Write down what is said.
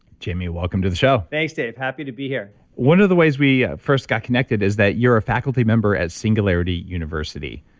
jamie, welcome to the show thanks, dave. happy to be here one of the ways we first got connected is that you're a faculty member at singularity university,